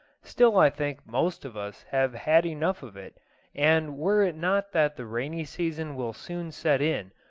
still i think most of us have had enough of it and were it not that the rainy season will soon set in,